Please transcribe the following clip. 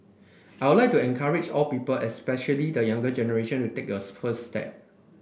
I would like to encourage all people especially the younger generation to take us first step